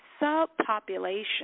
subpopulation